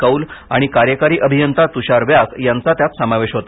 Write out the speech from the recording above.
कौल आणि कार्यकारी अभियंता तुषार व्यास यांचा त्यात समावेश होता